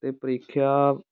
ਅਤੇ ਪ੍ਰੀਖਿਆ